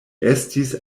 estis